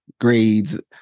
grades